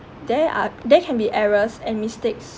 there are there can be errors and mistakes